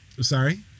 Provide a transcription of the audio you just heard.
Sorry